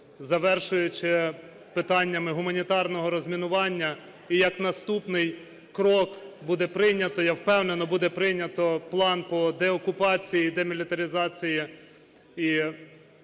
завершуючи питаннями гуманітарного розмінування, і як наступний крок буде прийнято, я впевнений, буде прийнято план по деокупації, демілітаризації